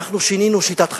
אנחנו שינינו שיטת חיים.